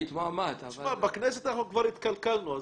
בכנסת אנחנו כבר התקלקלנו,